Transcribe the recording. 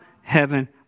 heaven